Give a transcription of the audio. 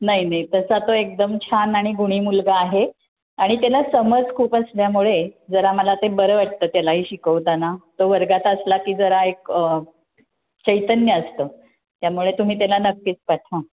नाही नाही तसा तो एकदम छान आणि गुणी मुलगा आहे आणि त्याला समज खूप असल्यामुळे जरा मला ते बरं वाटतं त्यालाही शिकवताना तो वर्गात असला की जरा एक चैतन्य असतं त्यामुळे तुम्ही त्याला नक्कीच पाठवा